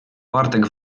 bartek